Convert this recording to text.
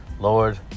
Lord